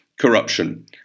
corruption